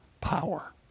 power